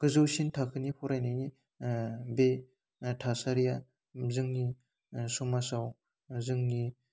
गोजौसिन थाखोनि फरायनायनि बे थासारिया जोंनि समाजाव जोंनि